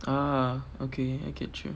ah okay okay sure